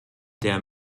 der